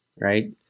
right